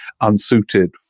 unsuited